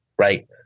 right